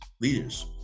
leaders